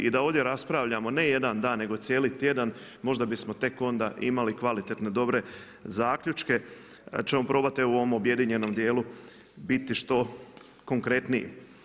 I da ovdje raspravljamo ne jedan dan, nego cijeli tjedan možda bismo tek onda imali kvalitetne, dobre zaključke ćemo probati evo u ovom objedinjenom dijelu biti što konkretniji.